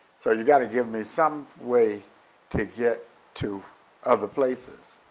so you gotta give me some way to get to other places.